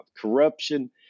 corruption